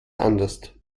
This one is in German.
anders